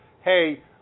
hey